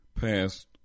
passed